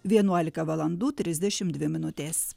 vienuolika valandų trisdešim dvi minutės